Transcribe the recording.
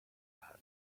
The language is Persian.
حلش